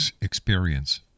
experience